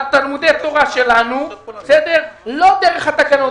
לתלמודי התורה שלנו, לא דרך התקנות.